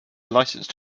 licensed